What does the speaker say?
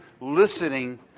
listening